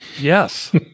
Yes